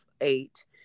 eight